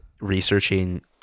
researching